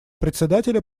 председателя